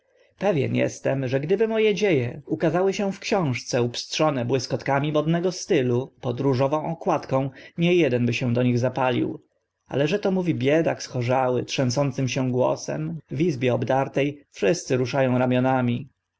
pewien estem że gdyby mo e dzie e ukazały się w książce upstrzone błyskotkami modnego stylu pod różową okładką nie eden by się do nich zapalił ale że to mówi biedak schorzały trzęsącym się głosem w izbie obdarte wszyscy rusza ą ramionami